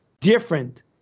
different